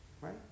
right